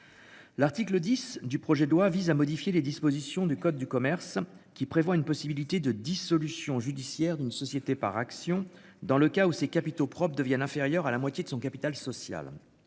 L'article 10 du projet de loi vise à modifier les dispositions du code du commerce qui prévoit une possibilité de dissolution judiciaire d'une société par actions dans le cas où ses capitaux propres deviennent inférieurs à la moitié de son capital social.